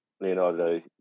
Leonardo